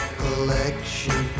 collection